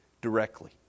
directly